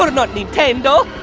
um not nintendo!